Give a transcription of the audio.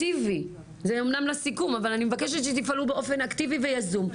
זה אמנם לסיכום אבל אני מבקשת שתפעלו באופן אקטיבי ויזום.